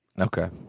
Okay